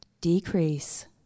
decrease